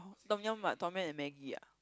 Tom Yum what tom yum and Maggie ah